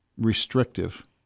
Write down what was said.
restrictive